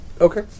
Okay